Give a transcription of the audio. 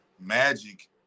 Magic